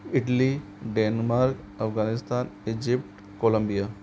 Italy Denmark Afghanistan Egypt Colombia